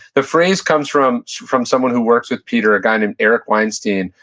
the phrase comes from from someone who works with peter, a guy named eric weinstein,